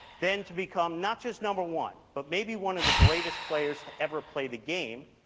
then to become not just number one but maybe one of the greatest players to ever play the game,